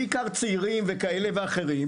בעיקר צעירים וכאלה ואחרים,